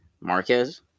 Marquez